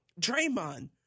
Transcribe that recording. Draymond